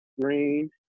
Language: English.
Green